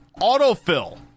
autofill